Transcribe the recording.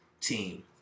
team